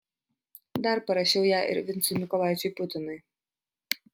dar parašiau ją ir vincui mykolaičiui putinui